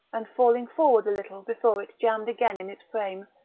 and falling forward a little before it jammed again in its frame,